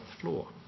floor